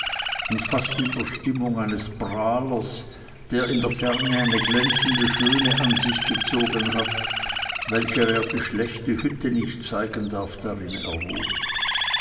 und fast in der stimmung eines prahlers der in der ferne eine glänzende schöne an sich gezogen hat welcher er die schlechte hütte nicht zeigen darf darin er wohnt